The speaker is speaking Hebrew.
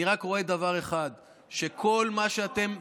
אני רואה רק דבר אחד, שכל מה שאתם,